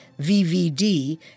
VVD